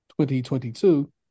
2022